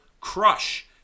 Crush